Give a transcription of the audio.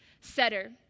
setter